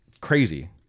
crazy